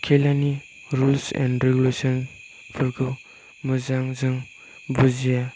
खेलानि rules and regulations फोरखौ मोजां जों बुजिया